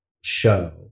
show